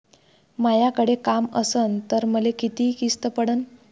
मायाकडे काम असन तर मले किती किस्त पडन?